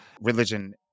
Religion